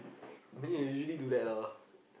I mean you usually do that lah